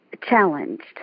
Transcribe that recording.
challenged